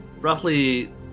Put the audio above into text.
roughly